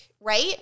right